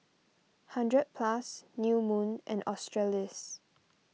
hundred Plus New Moon and Australis